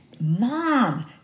Mom